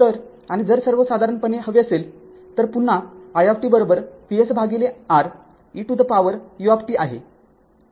तर आणि जर सर्वसाधारणपणे हवे असेल तर पुन्हा i VsR e to the power u आहे